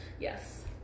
Yes